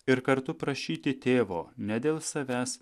ir kartu prašyti tėvo ne dėl savęs